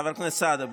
חבר הכנסת סעדה,